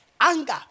anger